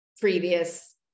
previous